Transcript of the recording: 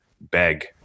beg